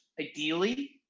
ideally